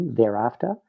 thereafter